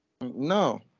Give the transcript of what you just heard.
No